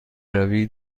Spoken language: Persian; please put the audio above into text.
روی